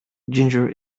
ginger